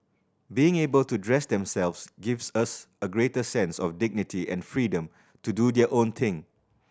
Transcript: being able to dress themselves gives us a greater sense of dignity and freedom to do their own thing